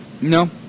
No